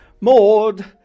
Maud